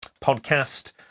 podcast